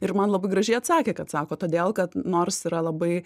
ir man labai gražiai atsakė kad sako todėl kad nors yra labai